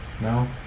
No